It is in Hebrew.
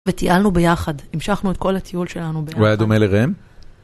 וטיילנו ביחד, המשכנו את כל הטיול שלנו ביחד. הוא היה דומה לראם?